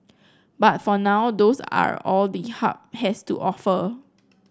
but for now those are all the Hub has to offer